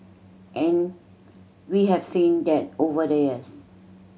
and we have seen that over the years